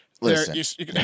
Listen